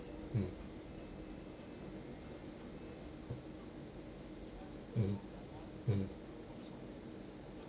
mm mm mm